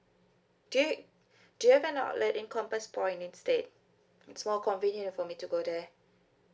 do you have do you have an outlet in compass point instead it's more convenient for me to go there